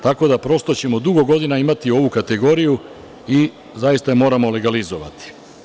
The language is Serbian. Tako da prosto ćemo dugo godina imati ovu kategoriju i zaista moramo legalizovati.